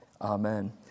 Amen